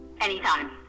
Anytime